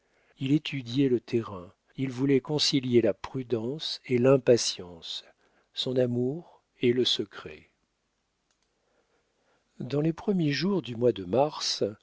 il étudiait le terrain il voulait concilier la prudence et l'impatience son amour et le secret dans les premiers jours du mois de mars